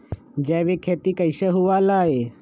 जैविक खेती कैसे हुआ लाई?